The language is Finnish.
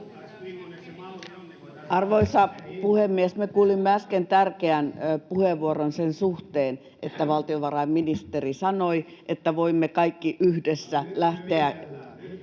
Arvoisa puhemies! Me kuulimme äsken tärkeän puheenvuoron sen suhteen, kun valtiovarainministeri sanoi, että voimme kaikki yhdessä [Ben